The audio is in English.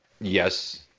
Yes